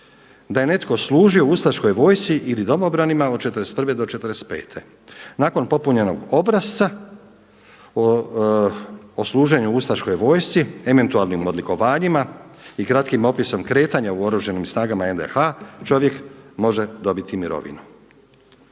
da je netko služio ustaškoj vojsci ili domobranima od '41. do 45. Nakon popunjenog obrasca o služenju ustaškoj vojsci, eventualnim odlikovanjima i kratkim opisom kretanja u oružanim snagama NDH čovjek može dobiti mirovinu.